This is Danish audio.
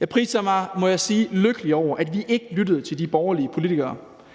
Jeg må sige, at jeg priser mig lykkelig over, at vi ikke lyttede til de borgerlige politikere,